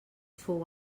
fou